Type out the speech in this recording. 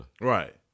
Right